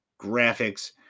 graphics